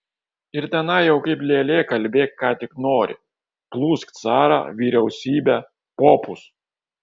ir tenai jau kaip lėlė kalbėk ką tik nori plūsk carą vyriausybę popus